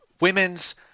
women's